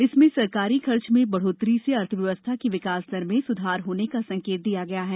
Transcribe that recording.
इसमें सरकारी खर्च में बढ़ोतरी से अर्थव्यवस्था की विकास दर में सुधार होने का संकेत दिया गया है